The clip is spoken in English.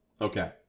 Okay